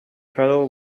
pedal